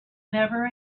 never